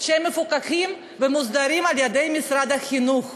וזה מפוקח ומוסדר על-ידי משרד החינוך.